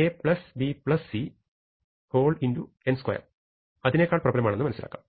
abcn2 അതിനെക്കാൾ പ്രബലമാണെന്നു മനസ്സിലാക്കാം